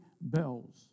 bells